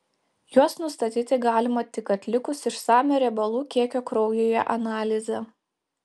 juos nustatyti galima tik atlikus išsamią riebalų kiekio kraujyje analizę